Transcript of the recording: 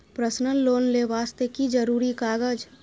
Personal loan ले वास्ते की जरुरी कागज?